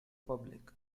public